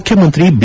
ಮುಖ್ಯಮಂತ್ರಿ ಬಿ